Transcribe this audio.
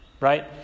Right